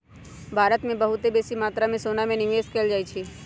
भारत में बहुते बेशी मत्रा में सोना में निवेश कएल जाइ छइ